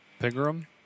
Pigram